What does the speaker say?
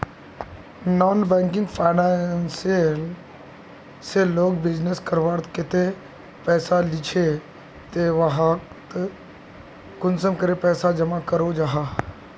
Non banking financial से लोग business करवार केते पैसा लिझे ते वहात कुंसम करे पैसा जमा करो जाहा?